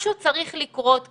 משהו צריך לקרות כאן,